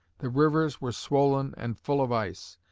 the rivers were swollen and full of ice,